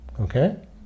Okay